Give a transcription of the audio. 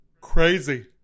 Crazy